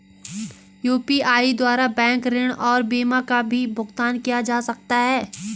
UPI द्वारा bank ऋण और बीमा का भी भुगतान किया जा सकता है?